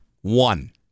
One